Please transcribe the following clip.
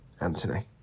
Anthony